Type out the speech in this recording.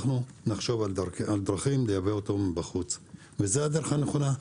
אנחנו נחשוב על דרכים לייבא אותו מבחוץ וזה הדרך הנכונה,